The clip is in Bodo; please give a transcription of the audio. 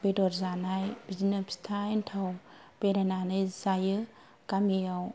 बेदर जानाय बिदिनो फिथा एन्थाव बेरायनानै जायो गामियाव